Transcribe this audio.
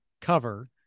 cover